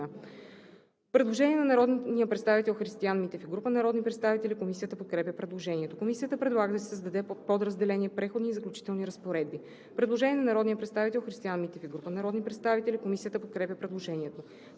Предложение на народния представител Христиан Митев и група народни представители. Комисията подкрепя предложението. Комисията предлага да се създаде подразделение „Преходни и заключителни разпоредби“. Предложение на народния представител Христиан Митев и група народни представители: Комисията подкрепя предложението.